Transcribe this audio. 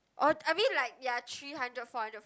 oh I mean like ya three hundred four hundred five hundred